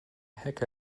heck